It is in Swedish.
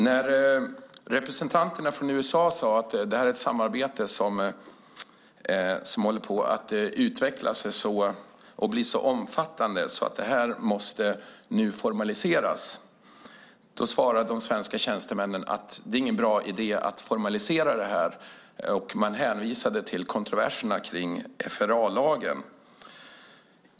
När representanterna för USA sade att det är ett samarbete som håller på att utvecklas och blir så omfattande att det måste formaliserades svarade de svenska tjänstemännen att det inte var bra någon bra idé att formalisera detta, och man hänvisade till kontroverserna kring FRA-lagen.